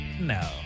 No